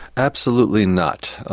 absolutely not.